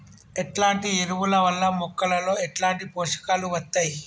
ఎట్లాంటి ఎరువుల వల్ల మొక్కలలో ఎట్లాంటి పోషకాలు వత్తయ్?